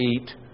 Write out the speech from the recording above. eat